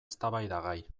eztabaidagai